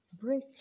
break